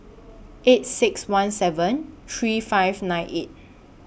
eight six one seven three five nine eight